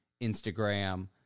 Instagram